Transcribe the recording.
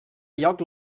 lloc